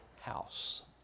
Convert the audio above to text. house